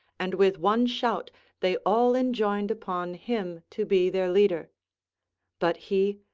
and with one shout they all enjoined upon him to be their leader but he,